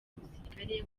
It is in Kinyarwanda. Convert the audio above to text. umusirikare